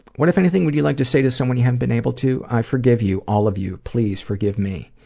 what, if anything, would you like to say to someone you haven't been able to? i forgive you, all of you. please forgive me.